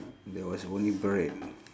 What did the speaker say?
there was only bread